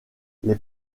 les